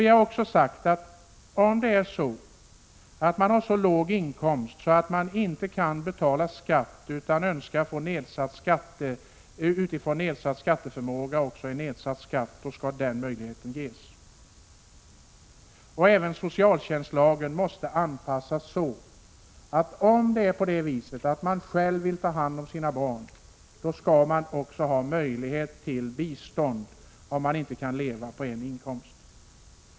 Vi har också sagt att om man har så låg inkomst att man inte kan betala skatt, om man önskar få nedsatt skatt därför att man har nedsatt skatteförmåga, skall den möjligheten ges. Även socialtjänstlagen måste anpassas så att det skall vara möjligt att få bistånd om man själv vill ta hand om sina barn och familjen inte kan leva på en inkomst.